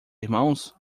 irmãos